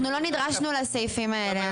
אנחנו לא נדרשנו לסעיפים האלה,